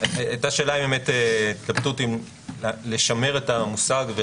הייתה התלבטות אם לשמר את המושג של "מאגר מידע",